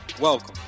Welcome